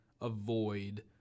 avoid